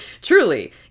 Truly